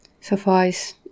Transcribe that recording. suffice